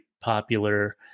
popular